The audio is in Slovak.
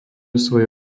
svoje